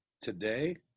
Today